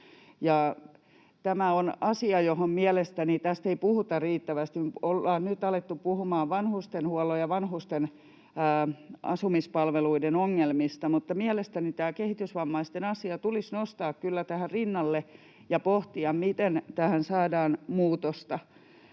Tämä on asia, josta ei mielestäni puhuta riittävästi. Ollaan nyt alettu puhumaan vanhustenhuollon ja vanhusten asumispalveluiden ongelmista, mutta mielestäni tämä kehitysvammaisten asia tulisi nostaa kyllä siihen rinnalle ja pohtia, miten tähän saadaan muutosta.